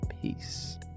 Peace